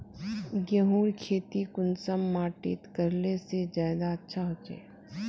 गेहूँर खेती कुंसम माटित करले से ज्यादा अच्छा हाचे?